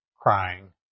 crying